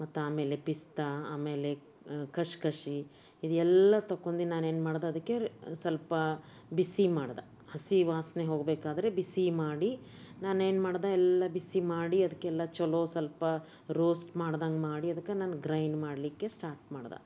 ಮತ್ತು ಆಮೇಲೆ ಪಿಸ್ತಾ ಆಮೇಲೆ ಕಶ್ ಕಶಿ ಇದೆಲ್ಲ ತೊಗೊಂಡು ನಾನೇನು ಮಾಡ್ದೆ ಅದಕ್ಕೆ ಸ್ವಲ್ಪ ಬಿಸಿ ಮಾಡ್ದೆ ಹಸಿ ವಾಸನೆ ಹೋಗಬೇಕಾದ್ರೆ ಬಿಸಿ ಮಾಡಿ ನಾನೇನು ಮಾಡ್ದೆ ಎಲ್ಲ ಬಿಸಿ ಮಾಡಿ ಅದಕ್ಕೆಲ್ಲ ಚಲೋ ಸ್ವಲ್ಪ ರೋಸ್ಟ್ ಮಾಡ್ದಂಗೆ ಮಾಡಿ ಅದಕ್ಕೆ ನಾನು ಗ್ರೈಂಡ್ ಮಾಡಲಿಕ್ಕೆ ಸ್ಟಾರ್ಟ್ ಮಾಡ್ದೆ